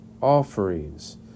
offerings